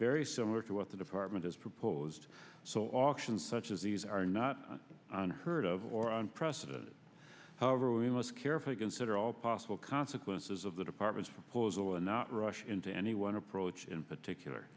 very similar to what the department has proposed so auctions such as these are not unheard of or unprecedented however we must carefully consider all possible consequences of the department's proposal and not rush into any one approach in particular